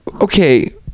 Okay